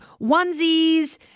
onesies